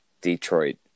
Detroit